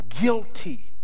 guilty